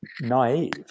naive